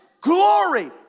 glory